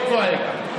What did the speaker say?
לא צועק.